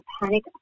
panic